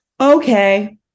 okay